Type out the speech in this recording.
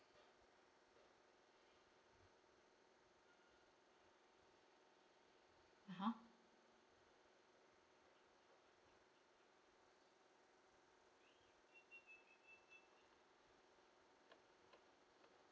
(uh huh)